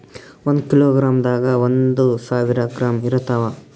ಒಂದ್ ಕಿಲೋಗ್ರಾಂದಾಗ ಒಂದು ಸಾವಿರ ಗ್ರಾಂ ಇರತಾವ